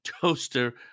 toaster